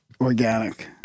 organic